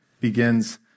begins